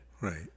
right